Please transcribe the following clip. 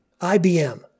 IBM